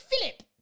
Philip